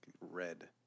red